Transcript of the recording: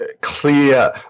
clear